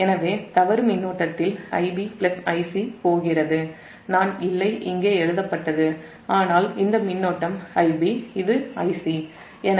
எனவே தவறு மின்னோட்டத்தில் Ib Ic போகிறது ஆனால் இந்த மின்னோட்டம் Ib இது Ic இங்கே எழுதப்பட்டது